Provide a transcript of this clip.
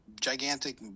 gigantic